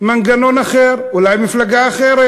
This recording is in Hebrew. מנגנון אחר, אולי מפלגה אחרת.